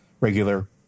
regular